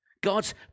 God's